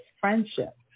friendship